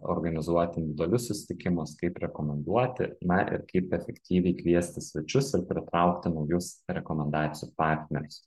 organizuoti individualius susitikimus kaip rekomenduoti na ir kaip efektyviai kviesti svečius ir pritraukti naujus rekomendacijų partnerius